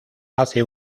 hace